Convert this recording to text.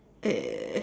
uh